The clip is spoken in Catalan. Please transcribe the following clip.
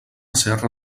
serra